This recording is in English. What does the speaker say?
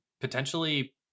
potentially